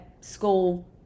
school